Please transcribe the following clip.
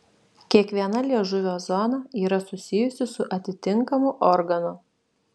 kiekviena liežuvio zona yra susijusi su atitinkamu organu